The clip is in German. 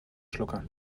schlucker